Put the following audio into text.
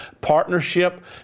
partnership